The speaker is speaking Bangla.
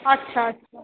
আচ্ছা আচ্ছা